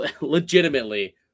legitimately